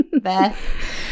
Beth